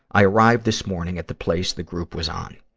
i arrived this morning at the place the group was on.